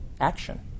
action